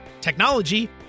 technology